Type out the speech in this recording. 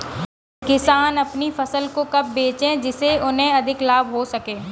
किसान अपनी फसल को कब बेचे जिसे उन्हें अधिक लाभ हो सके?